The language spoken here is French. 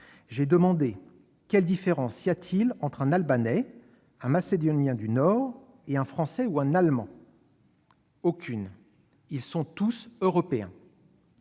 la question : quelle différence y a-t-il entre un Albanais ou un Macédonien du Nord et un Français ou un Allemand ? Aucune : ils sont tous européens